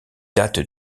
dates